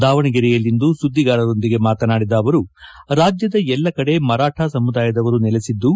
ದಾವಣಗೆರೆಯಲ್ಲಿಂದು ಸುದ್ದಿಗಾರರೊಂದಿಗೆ ಮಾತನಾಡಿದ ಅವರು ರಾಜ್ವದ ಎಲ್ಲ ಕಡೆ ಮರಾಠ ಸಮುದಾಯದವರು ನೆಲೆಸಿದ್ದು